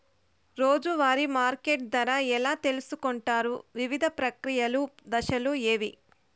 రోజూ వారి మార్కెట్ ధర ఎలా తెలుసుకొంటారు వివిధ ప్రక్రియలు దశలు ఏవి?